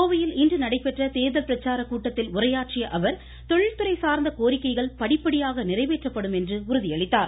கோவையில் இன்று நடைபெற்ற தேர்தல் பிரச்சார கூட்டத்தில் உரையாற்றிய அவர் தொழில்துறை சார்ந்த கோரிக்கைகள் படிப்படியாக நிறைவேற்றப்படும் என்று உறுதியளித்தார்